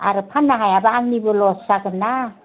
आरो फाननो हायाबा आंनिबो लस जागोन ना